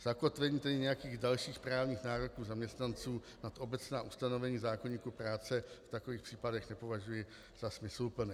Zakotvení nějakých dalších právních nároků zaměstnanců nad obecná ustanovení zákoníku práce v takových případech nepovažuji za smysluplné.